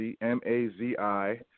M-A-Z-I